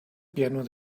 piano